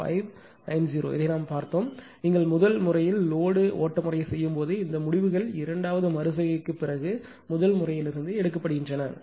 96590 இதை நாம் பார்த்தோம் நீங்கள் முதல் முறையின் லோடு ஓட்ட முறையை செய்யும்போது இந்த முடிவுகள் இரண்டாவது மறு செய்கைக்குப் பிறகு முதல் முறையிலிருந்து எடுக்கப்படுகின்றன